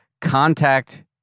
contact